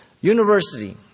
University